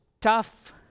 tough